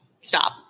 stop